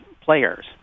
players